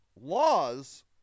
laws